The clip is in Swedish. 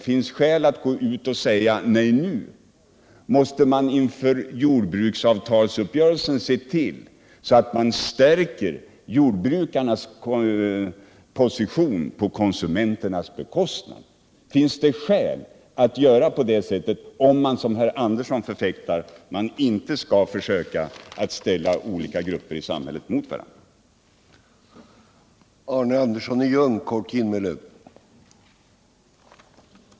finns skäl att gå ut och säga: Nej, nu måste man inför jordbruksavtalsuppgörelsen se till att man stärker jordbrukarnas position på konsumenternas bekostnad! Finns det skäl att göra på det sättet, om man, som Arne Andersson förfäktar, inte skall försöka — Jordbrukspolitiatt ställa olika grupper i samhället mot varandra?